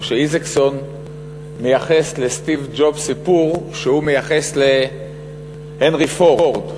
או שאיזקסון מייחס לסטיב ג'ובס סיפור שהוא מייחס להנרי פורד.